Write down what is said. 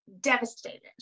devastated